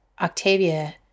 Octavia